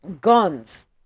guns